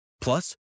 Plus